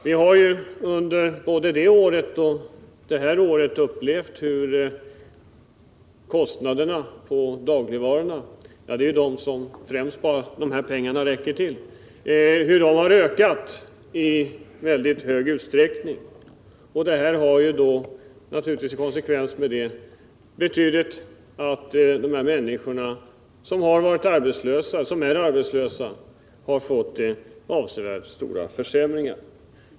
Vi har under både det året och innevarande år upplevt hur kostnaderna för dagligvaror — det är vad pengarna främst räcker till — har ökat i väldigt stor utsträckning. Det har naturligtvis betytt att människor som är arbetslösa har fått avsevärda försämringar.